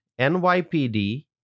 NYPD